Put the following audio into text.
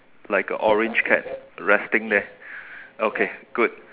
like a orange cat resting there okay good